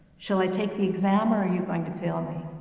shall i take the exam, or are you going to fail me?